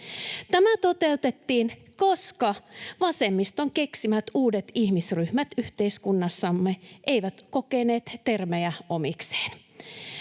Tämä toteutettiin, koska vasemmiston keksimät uudet ihmisryhmät yhteiskunnassamme eivät kokeneet termejä omikseen.